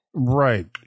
right